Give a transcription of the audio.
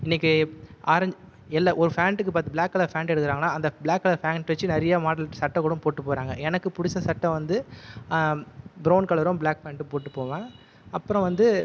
இன்றைக்கு ஆரஞ்சு எல்லா ஒரு பேண்ட்டுக்கு பிளாக் கலர் பேண்ட் எடுக்கிறாங்கன்னா அந்த பிளாக் கலர் பேண்ட் வச்சு நிறைய மாடல் சட்டை கூட போட்டு போகிறாங்க எனக்கு பிடிச்ச சட்டை வந்து பிரவுன் கலரும் ப்ளாக் பேண்ட்டும் போட்டு போவேன் அப்புறம் வந்து